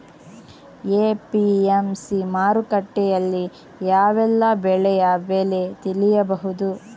APMC ಮಾರುಕಟ್ಟೆಯಲ್ಲಿ ಯಾವೆಲ್ಲಾ ಬೆಳೆಯ ಬೆಲೆ ತಿಳಿಬಹುದು?